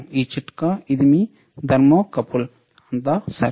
ఈ చిట్కా ఇది మీ థర్మోకపుల్ అంతా సరే